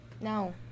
No